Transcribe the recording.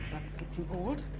that's getting old.